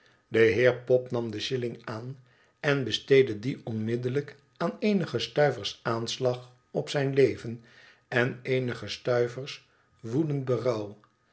de heer pop nam de shilling aan en besteedde die onmiddellijk aan eenige stuivers aanslag op zijn leven en eenige stuivers woedend